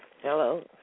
Hello